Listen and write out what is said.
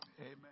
Amen